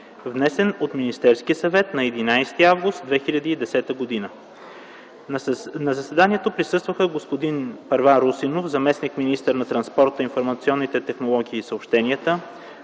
внесен от Министерския съвет на 11 август 2010 г. На заседанието присъстваха господин Първан Русинов - заместник-министър на транспорта, информационните технологии и съобщенията,